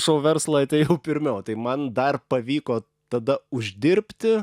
šou verslą atėjau pirmiau tai man dar pavyko tada uždirbti